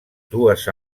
dues